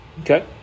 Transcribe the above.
Okay